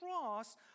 cross